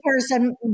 person